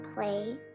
play